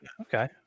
okay